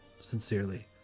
Sincerely